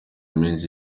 menshi